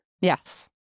Yes